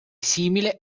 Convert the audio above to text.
simile